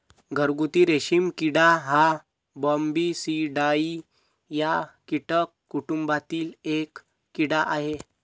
घरगुती रेशीम किडा हा बॉम्बीसिडाई या कीटक कुटुंबातील एक कीड़ा आहे